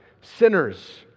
sinners